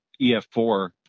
EF4